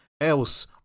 else